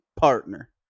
partner